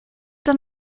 dann